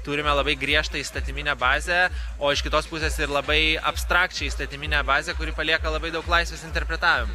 turime labai griežtą įstatyminę bazę o iš kitos pusės ir labai abstrakčią įstatyminę bazę kuri palieka labai daug laisvės interpretavimui